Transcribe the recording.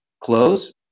close